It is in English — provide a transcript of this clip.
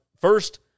First